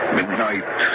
midnight